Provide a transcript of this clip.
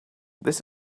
this